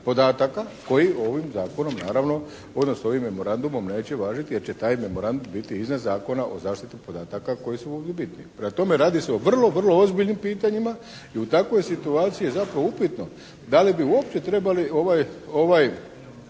odnosno ovim memorandumom neće važiti jer će taj memorandum biti iznad Zakona o zaštiti podataka koji su ovdje bitni. Prema tome radi se o vrlo vrlo ozbiljnim pitanjima i u takvoj situaciji je zato upitno da li bi uopće trebali ovaj